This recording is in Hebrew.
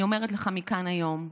אני אומרת לך מכאן היום,